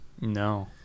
No